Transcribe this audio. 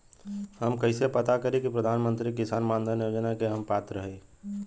हम कइसे पता करी कि प्रधान मंत्री किसान मानधन योजना के हम पात्र हई?